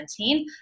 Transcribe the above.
2017